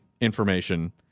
information